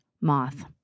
moth